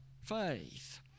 faith